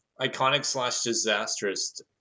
iconic-slash-disastrous